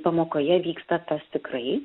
pamokoje vyksta tas tikrai